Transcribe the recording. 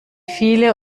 viele